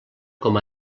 com